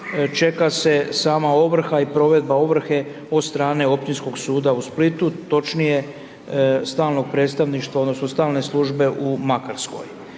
čeka se sama ovrha i provedba ovrhe od strane Općinskog suda u Splitu, točnije, stalnog predstavništva odnosno stalne službe u Makarskoj.